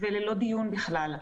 וללא דיון בכלל.